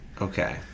Okay